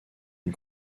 une